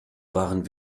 waren